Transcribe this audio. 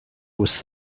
was